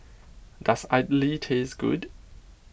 does Idly taste good